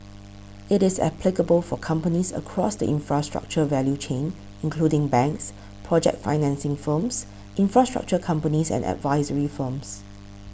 it is applicable for companies across the infrastructure value chain including banks project financing firms infrastructure companies and advisory firms